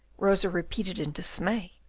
rosa repeated in dismay.